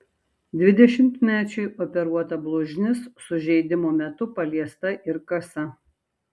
dvidešimtmečiui operuota blužnis sužeidimo metu paliesta ir kasa